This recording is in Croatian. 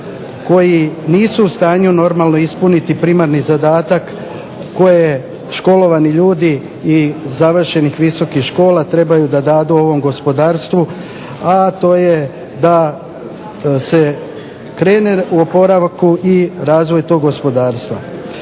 koji nisu u stanju normalno ispuniti primani zadatak koje školovani ljudi i završenih visokih škola trebaju da dadu ovom gospodarstvu, a to je da se krene u oporavak i razvoj tog gospodarstva.